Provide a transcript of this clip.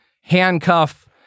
handcuff